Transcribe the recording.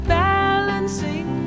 balancing